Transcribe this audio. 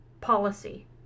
policy